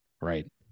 Right